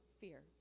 fear